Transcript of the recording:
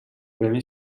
premi